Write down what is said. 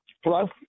Hello